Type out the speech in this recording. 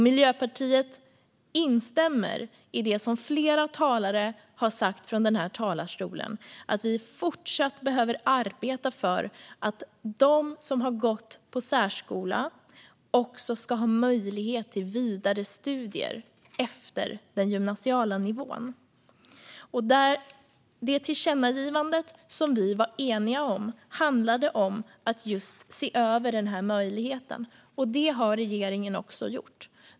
Miljöpartiet instämmer i det som flera talare har sagt från denna talarstol, nämligen att vi även i fortsättningen behöver arbeta för att de som har gått på särskola också ska ha möjligheter till vidare studier efter den gymnasiala nivån. Det tillkännagivande som vi var eniga om handlade om att just se över denna möjlighet, och det har regeringen också gjort.